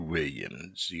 Williams